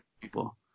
people